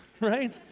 right